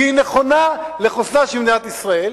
כי היא נכונה לחוסנה של מדינת ישראל,